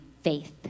faith